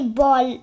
ball